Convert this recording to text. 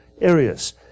areas